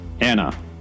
Anna